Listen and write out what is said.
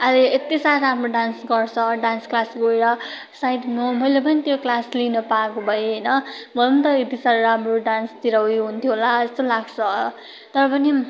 अहिले यति साह्रो राम्रो डान्स गर्छ डान्स क्लास गएर सायद म मैले पनि त्यो क्लास लिन पाएको भए होइन म पनि त यति साह्रो राम्रो डान्सतिर उयो हुन्थेँ होला जस्तो लाग्छ तरै पनि